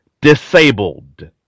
disabled